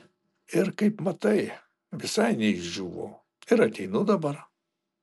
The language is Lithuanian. ir kaip matai visai neišdžiūvau ir ateinu dabar